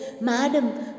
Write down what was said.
Madam